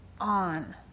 on